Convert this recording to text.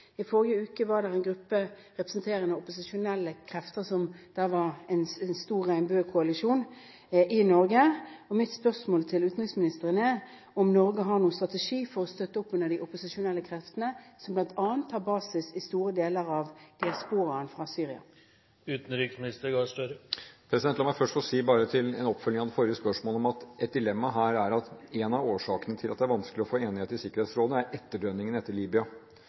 I forrige uke var det en gruppe representerende opposisjonelle krefter – en stor regnbuekoalisjon – i Norge. Mitt spørsmål til utenriksministeren er: Har Norge en strategi for å støtte opp om de opposisjonelle kreftene, som bl.a. har basis i store deler av diasporaen fra Syria? La meg bare først få si, som en oppfølging av det forrige spørsmålet, at et dilemma her er at én av årsakene til at det er vanskelig å få enighet i Sikkerhetsrådet, er etterdønningene etter Libya,